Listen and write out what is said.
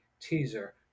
teaser